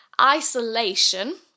Isolation